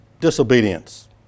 disobedience